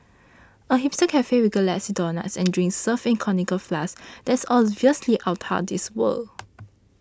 a hipster cafe with galaxy donuts and drinks served in conical flasks that's absolutely outta this world